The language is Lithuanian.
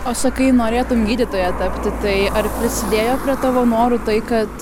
o sakai norėtum gydytoja tapti tai ar prisidėjo prie tavo norų tai kad